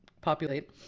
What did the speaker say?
populate